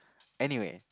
anyway